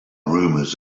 rumors